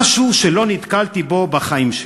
משהו שלא נתקלתי בו בחיים שלי.